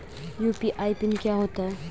UPI PIN क्या होता है?